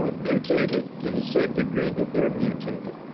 ah mutated to the same degree that they're mutated.